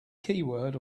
keyword